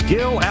Gil